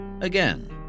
Again